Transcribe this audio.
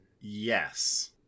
Yes